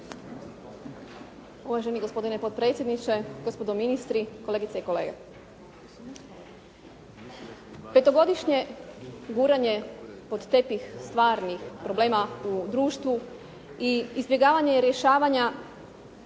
Uvaženi gospodine potpredsjedniče, gospodo ministri, kolegice i kolege. Petogodišnje guranje pod tepih stvarnih problema u društvu i izbjegavanje rješavanja